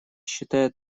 считает